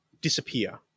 disappear